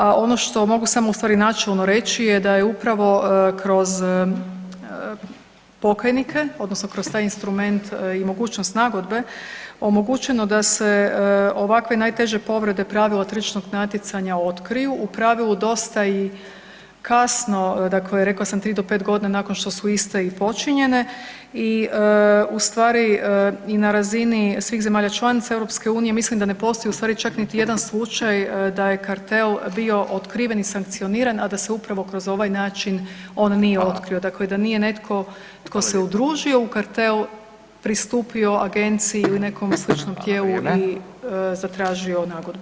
A ono što mogu samo u stvari načelno reći je da je upravo kroz pokajnike odnosno kroz taj instrument i mogućnost nagodbe omogućeno da se ovakve najteže povrede pravila tržišnog natjecanja otkriju u pravilu dosta i kasno dakle rekla sam 3 do 5 godina nakon što su iste i počinjene i u stvari i na razini svih zemalja članica EU mislim da ne postoji čak niti jedan slučaj da je kartel bio otkriven i sankcioniran, a da se upravo kroz ovaj način on nije otkrio [[Upadica: Hvala.]] dakle da nije netko tko se udružio u kartel pristupio agenciji ili nekom sličnom tijelu [[Upadica: Hvala, vrijeme.]] i zatražio nagodbu.